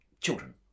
children